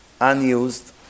unused